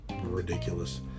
ridiculous